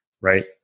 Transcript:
right